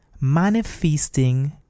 Manifesting